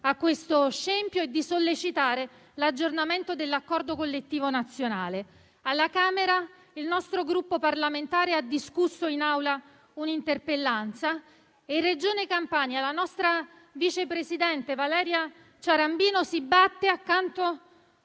questo scempio e di sollecitare l'aggiornamento dell'accordo collettivo nazionale. Alla Camera il nostro Gruppo parlamentare ha discusso in Aula un'interpellanza e in Regione Campania la nostra vice presidente Valeria Ciarambino si batte al fianco